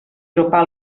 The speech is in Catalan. propà